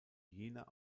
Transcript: jener